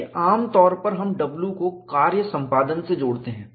देखिये आम तौर पर हम W को कार्य संपादन से जोड़ते हैं